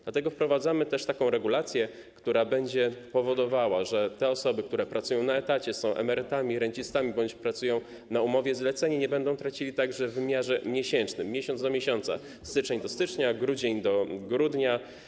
Dlatego też wprowadzamy regulację, która będzie powodowała, że osoby, które pracują na etacie, są emerytami, rencistami bądź pracują na umowie-zleceniu, nie będą traciły także w wymiarze miesięcznym, miesiąc do miesiąca, styczeń do stycznia, grudzień do grudnia.